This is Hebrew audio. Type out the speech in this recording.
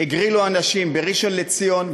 הגרילו אנשים בראשון-לציון,